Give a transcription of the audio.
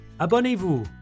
Abonnez-vous